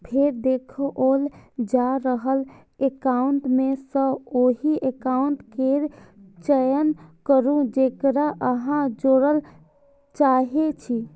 फेर देखाओल जा रहल एकाउंट मे सं ओहि एकाउंट केर चयन करू, जेकरा अहां जोड़य चाहै छी